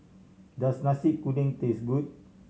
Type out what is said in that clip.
does Nasi Kuning taste good